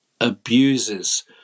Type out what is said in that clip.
abuses